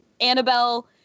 Annabelle